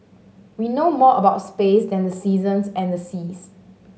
we know more about space than the seasons and the seas